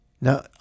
Now